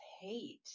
hate